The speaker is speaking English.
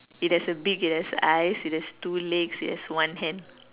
it has a beak it has eyes it has two legs it has one hand